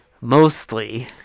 mostly